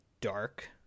dark